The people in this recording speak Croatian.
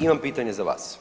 imam pitanje za vas.